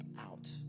out